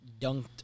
dunked